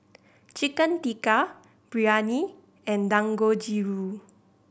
Chicken Tikka Biryani and Dangojiru